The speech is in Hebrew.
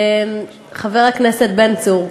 חבר הכנסת בן צור,